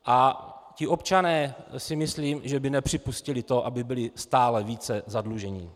A ti občané si myslím, že by nepřipustili to, aby byli stále více zadluženi.